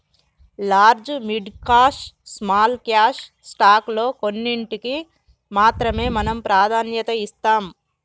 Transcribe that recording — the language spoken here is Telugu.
large mid cap small cap stock లో కొన్నింటికీ మాత్రమే మనం ప్రాధాన్యత ఇస్తాం